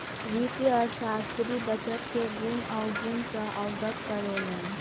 वित्तीय अर्थशास्त्री बजट के गुण अवगुण सॅ अवगत करौलैन